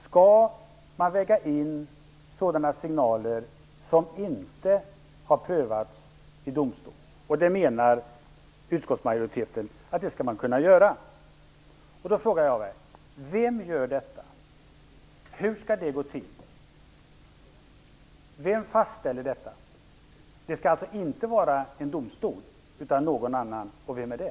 Skall man lägga in sådana signaler som inte har prövats i domstol? Det menar utskottsmajoriteten att man skall kunna göra. Då frågar jag mig: Vem gör detta? Hur skall det gå till? Vem fastställer detta? Det skall alltså inte vara en domstol, utan någon annan, och vem är det?